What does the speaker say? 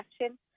action